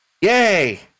Yay